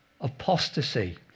apostasy